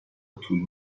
طول